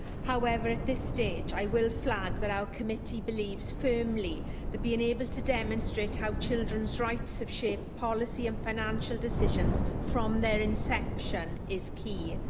however, at this stage, i will flag that our committee believes firmly that being able to demonstrate how children's rights have shaped policy and financial decisions from their inception is key.